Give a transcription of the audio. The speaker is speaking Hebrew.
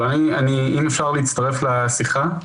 אם אפשר להצטרף לשיחה?